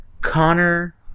Connor